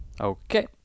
Okay